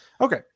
okay